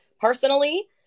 Personally